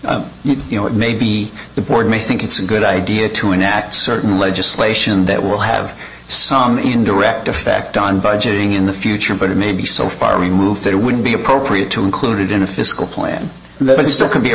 right you know it may be the board may think it's a good idea to enact certain legislation that will have some indirect effect on budgeting in the future but it may be so far removed that it wouldn't be appropriate to include it in a fiscal plan that still could be a